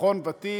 ביטחון ותיק,